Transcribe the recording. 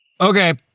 Okay